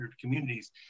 communities